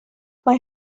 mae